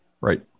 Right